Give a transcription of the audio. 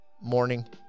morning